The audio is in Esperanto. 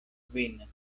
kvin